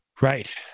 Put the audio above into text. Right